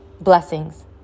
blessings